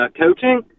coaching